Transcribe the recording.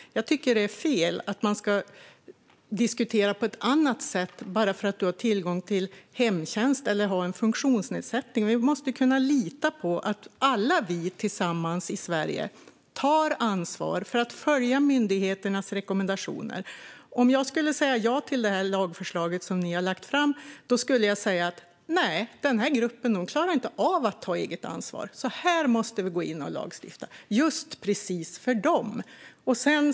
Det är fel att man ska diskutera på ett annat sätt bara för att du har tillgång till hemtjänst eller har en funktionsnedsättning. Vi måste kunna lita på att alla vi tillsammans i Sverige tar ansvar för att följa myndigheternas rekommendationer. Om jag skulle säga ja till det lagförslag som ni har lagt fram skulle jag säga: Den här gruppen klarar inte av att ta eget ansvar, så här måste vi gå in och lagstifta just precis för dem.